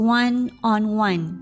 one-on-one